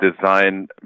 Design